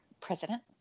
president